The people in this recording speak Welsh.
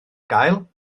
gael